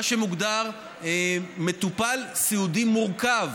את מה שמוגדר "מטופל סיעודי מורכב".